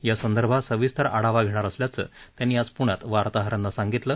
या संदर्भात सविस्तर आढावा घेणार असल्याचं त्यांनी आज पृण्यात वार्ताहरांना सांगितलं